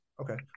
Okay